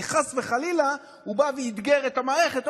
כי חס וחלילה הוא בא ואתגר את המערכת,